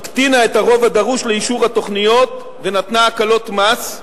הקטינה את הרוב הדרוש לאישור התוכניות ונתנה הקלות מס.